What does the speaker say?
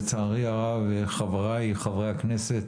לצערי הרב, חבריי חברי הכנסת